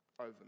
over